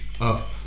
up